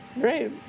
Great